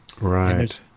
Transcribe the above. Right